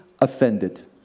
offended